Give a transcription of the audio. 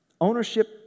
Ownership